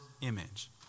image